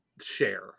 share